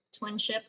twinship